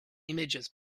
images